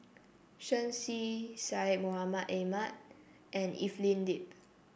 Shen Xi Syed Mohamed Ahmed and Evelyn Lip